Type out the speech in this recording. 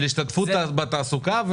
של השתתפות בתעסוקה.